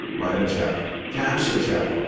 write a cheque, cash a cheque,